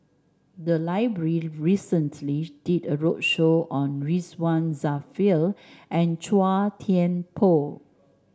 the library recently did a roadshow on Ridzwan Dzafir and Chua Thian Poh